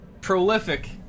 Prolific